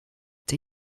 its